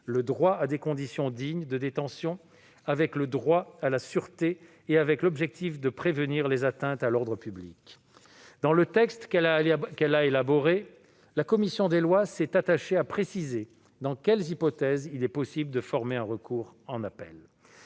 le droit à des conditions dignes de détention avec le droit à la sûreté et avec l'objectif de prévenir les atteintes à l'ordre public. Dans le texte qu'elle a élaboré, la commission des lois s'est attachée à préciser les hypothèses dans lesquelles il est possible de former un recours en appel.